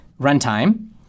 runtime